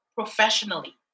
professionally